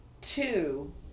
Two